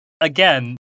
again